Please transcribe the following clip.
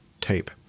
tape